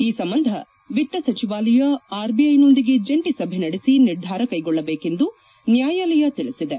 ಈ ಸಂಬಂಧ ವಿತ್ತ ಸಚಿವಾಲಯ ಆರ್ಬಿಐನೊಂದಿಗೆ ಜಂಟಿ ಸಭೆ ನಡೆಸಿ ನಿರ್ಧಾರ ಕೈಗೊಳ್ಳಬೇಕೆಂದು ನ್ಯಾಯಲಯ ತಿಳಿಸಿದೆ